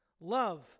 Love